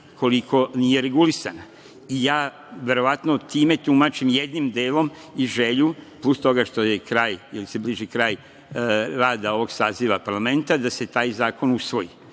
koliko nije regulisana. Ja, verovatno time tumačim, jednim delom i želju plus zbog toga što je kraj, tj. što se bliži kraj rada ovog saziva parlamenta, da se taj zakon usvoji.